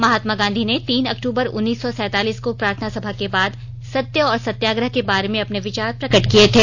महात्मा गांधी ने तीन अक्टूबर उनीस सौ सैंतालीस को प्रार्थना सभा के बाद सत्य और सत्याग्रह के बारे में अपने विचार प्रगट किए थे